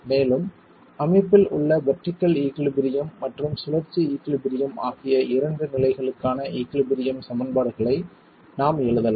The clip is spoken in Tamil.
மேலும் அமைப்பில் உள்ள வெர்டிகள் ஈகுலிபிரியம் மற்றும் சுழற்சி ஈகுலிபிரியம் ஆகிய இரண்டு நிலைகளுக்கான ஈகுலிபிரியம் சமன்பாடுகளை நாம் எழுதலாம்